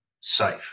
safe